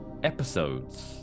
Episodes